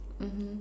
mmhmm